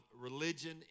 religion